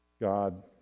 God